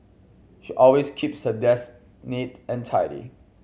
she always keeps her desk neat and tidy